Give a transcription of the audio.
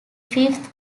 fifth